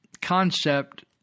concept